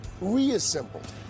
reassembled